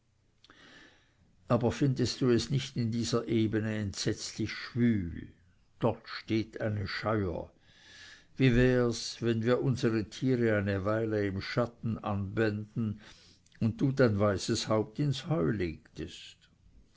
aber findest du es nicht in dieser ebene entsetzlich schwül dort steht eine scheuer wie wär's wenn wir unsere tiere eine weile im schatten anbänden und du dein weises haupt ins heu legtest